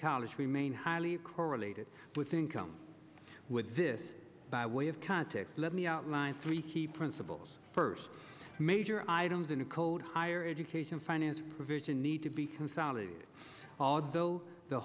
college remain highly correlated with income with this by way of context let me outline three key principles first major items in a code higher education finance provision need to be consolidated although the